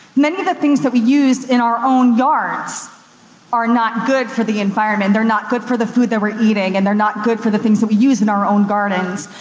many of the things that we use in our own yards are not good for the environment, they're not good for the food that we're eating, and they're not good for the things that we use in our own gardens.